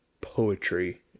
poetry